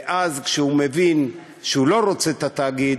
ואז כשהוא מבין שהוא לא רוצה את התאגיד,